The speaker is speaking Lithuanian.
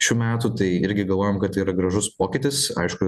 šių metų tai irgi galvojom kad tai yra gražus pokytis aišku